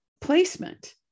placement